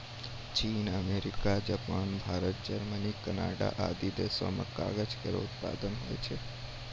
चीन, America, Japan, Bharat, Germany, Canada आदि देस म कागज केरो उत्पादन होय छै